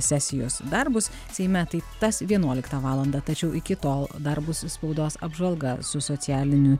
sesijos darbus seime tai tas vienuoliktą valandą tačiau iki tol darbus spaudos apžvalga su socialinių